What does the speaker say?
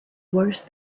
worse